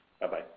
Bye-bye